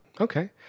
Okay